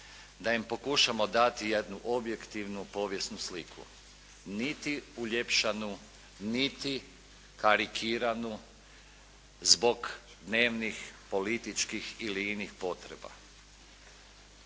da im pokušamo dati jednu objektivnu povijesnu sliku, niti uljepšanu, niti karikiranu zbog dnevnih političkih ili inih potreba.